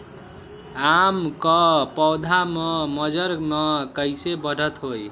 आम क पौधा म मजर म कैसे बढ़त होई?